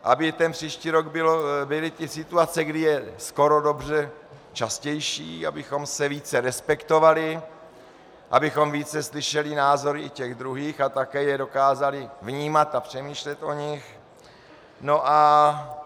Aby ten příští rok byly situace, kdy je skoro dobře, častější, abychom se více respektovali, abychom více slyšeli názory i těch druhých a také je dokázali vnímat a přemýšlet o nich.